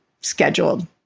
scheduled